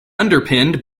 underpinned